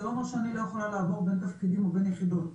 זה לא אומר שאני לא יכולה לעבור בין תפקידים ובין יחידות,